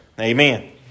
Amen